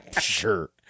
Sure